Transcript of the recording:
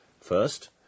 First